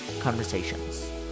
conversations